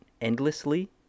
endlessly